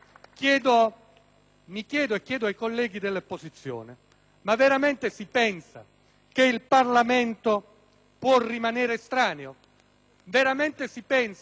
mi chiedo e chiedo ai colleghi dell'opposizione: veramente si pensa che il Parlamento possa rimanere estraneo? Veramente si pensa che,